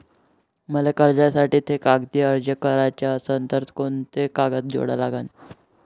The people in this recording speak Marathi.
मले कर्जासाठी थे कागदी अर्ज कराचा असन तर कुंते कागद जोडा लागन?